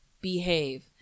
behave